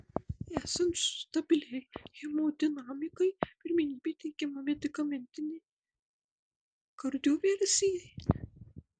esant stabiliai hemodinamikai pirmenybė teikiama medikamentinei kardioversijai